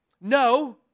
No